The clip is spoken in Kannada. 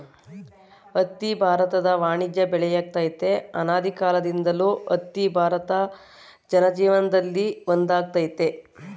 ಹತ್ತಿ ಭಾರತದ ವಾಣಿಜ್ಯ ಬೆಳೆಯಾಗಯ್ತೆ ಅನಾದಿಕಾಲ್ದಿಂದಲೂ ಹತ್ತಿ ಭಾರತ ಜನಜೀವನ್ದಲ್ಲಿ ಒಂದಾಗೈತೆ